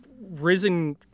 risen